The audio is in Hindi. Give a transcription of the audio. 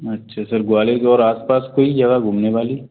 अच्छा सर ग्वालियर के और आस पास कोई जगह घूमने वाली